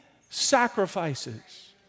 sacrifices